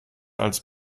als